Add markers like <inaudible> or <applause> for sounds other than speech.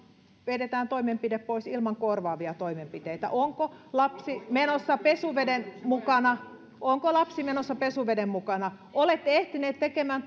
vedetään toimenpide pois ilman korvaavia toimenpiteitä onko lapsi menossa pesuveden mukana onko lapsi menossa pesuveden mukana olette ehtineet tekemään <unintelligible>